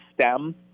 stem